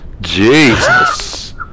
Jesus